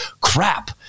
crap